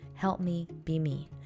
HelpMeBeMe